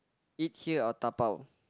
eat here or dabao